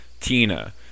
Tina